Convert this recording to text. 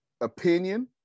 opinion